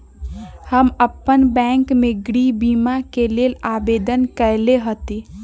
हम अप्पन बैंक में गृह बीमा के लेल आवेदन कएले हति